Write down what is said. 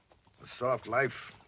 soft life,